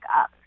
up